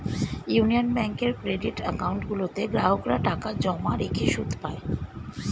union ব্যাঙ্কের credit account গুলোতে গ্রাহকরা টাকা জমা রেখে সুদ পায়